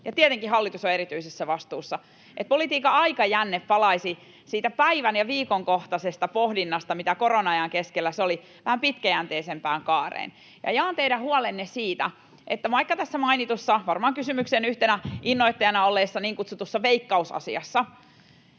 ja tietenkin hallitus on erityisessä vastuussa — on se, että politiikan aikajänne palaisi siitä päivän‑ ja viikonkohtaisesta pohdinnasta, mitä se korona-ajan keskellä oli, vähän pitkäjänteisempään kaareen. Jaan teidän huolenne siitä, että vaikka tässä mainitussa — varmaan kysymyksen yhtenä innoittajana olleessa — niin kutsutussa Veikkaus-asiassa